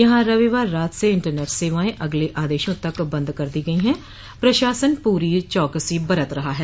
यहां रविवार रात से इंटरनेट सेवाएं अगले आदेशों तक बंद कर दी गई है प्रशासन पूरी चौकसी बरत रहा है